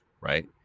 Right